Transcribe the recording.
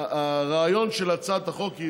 הרעיון של הצעת החוק,